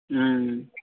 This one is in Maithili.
हुँ